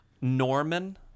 Norman